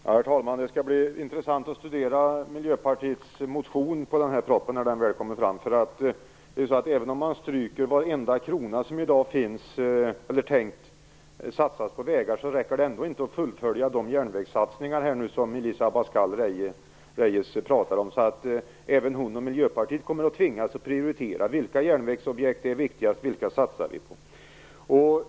Herr talman! Det skall bli intressant att studera Miljöpartiets motion i samband med propositionen när den den väl kommer. Även om man stryker varenda krona som i dag är tänkt att satsas på vägar räcker det ändå inte till för att fullfölja de järnvägssatsningar som Elisa Abascal Reyes pratar om. Även hon och Miljöpartiet kommer att tvingas prioritera. De måste också fråga sig vilka järnvägsobjekt som är viktigast, vilka projekt de skall satsa på.